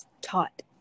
taught